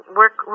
work